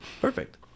Perfect